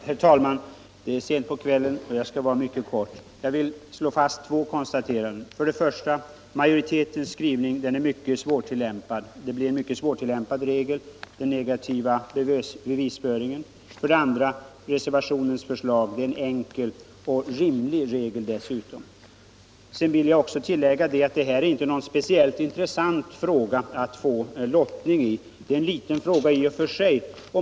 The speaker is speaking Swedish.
Herr talman! Det är sent på kvällen, och jag skall fatta mig mycket kort. Jag vill slå fast två saker. För det första: Majoritetens skrivning ger en mycket svårtillämpad regel när det gäller den negativa bevisföringen. För det andra: Reservationens förslag ger en enkel och dessutom rimlig regel. Jag vill tillägga att det här i och för sig är en liten fråga som det inte är speciellt intressant att få lottning i.